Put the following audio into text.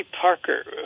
parker